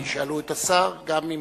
וישאלו את השר, גם אם